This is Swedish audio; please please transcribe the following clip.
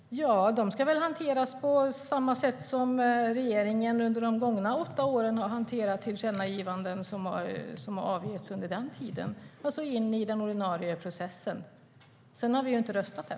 Herr talman! Ja, de ska väl hanteras på samma sätt som regeringen under de gångna åtta åren har hanterat de tillkännagivanden som de fått under den tiden. De ska alltså in i den ordinarie processen. Sedan har vi inte röstat än.